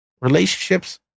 Relationships